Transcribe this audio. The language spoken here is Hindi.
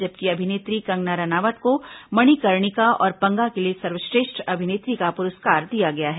जबकि अभिनेत्री कंगना रनावत को मणिकर्णिका और पंगा के लिए सर्वश्रेष्ठ अभिनेत्री का पुरस्कार दिया गया है